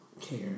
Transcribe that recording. care